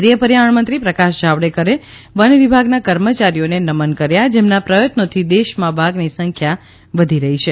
કેન્દ્રીય પર્યાવરણ મંત્રી પ્રકાશ જાવડેકરે વનવિભાગના કર્મચારીઓને નમન કર્યા જેમના પ્રયત્નોથી દેશમાં વાઘની સંખ્યા વધી રહી છે